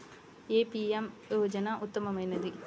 ఏ PM యోజన ఉత్తమమైనది?